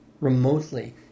remotely